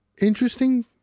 interesting